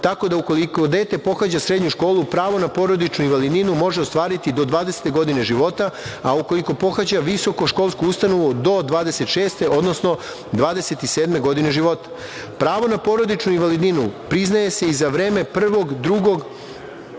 tako da, ukoliko dete pohađa srednju školu, pravo na porodičnu invalidninu može ostvariti do 20 godine života, a ukoliko pohađa visoku školsku ustanovu do 26 godine, odnosno 27 godine života. Pravo na porodičnu invalidninu, priznaje se i za vreme prvog, drugog